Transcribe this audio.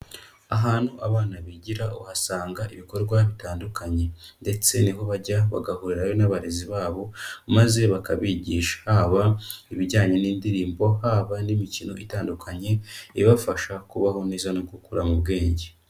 Ahantu abana bigira uhasanga ibikorwa bitandukanye ndetse niho bajya bagahurirayo n'abarezi babo, maze bakabigisha haba ibijyanye n'indirimbo haba n'imikino itandukanye ibafasha kubaho neza no gukuramo ubwenge.